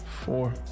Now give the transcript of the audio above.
Four